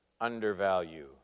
undervalue